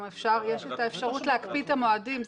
גם יש האפשרות להקפיא את המועדים.